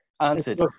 answered